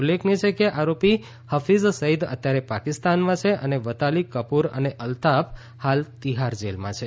ઉલ્લેખનીય છે કે આરોપી હફીઝ સઈદ અત્યારે પાકિસ્તાનમાં છે અને વતાલી કપૂર અને અલ્તાફ હાલ તિહારમાં જેલમાં છે